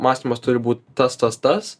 mąstymas turi būt tas tas tas